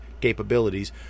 capabilities